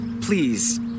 Please